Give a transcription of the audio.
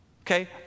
Okay